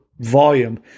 volume